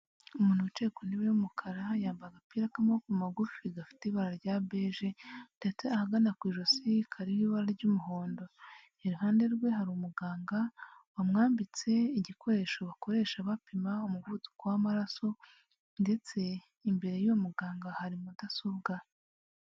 Umuntu wicaye ku ntebe y'umukara yambaye agapira k'amaboko magufi gafite ibara rya beje, ndetse ahagana ku ijosi kariho ibara ry'umuhondo iruhande rwe hari umuganga wamwambitse igikoresho bakoresha bapima umuvuduko w'amaraso ndetse imbere y'uwo muganga hari mudasobwa.